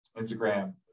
instagram